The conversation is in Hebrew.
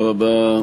תודה רבה.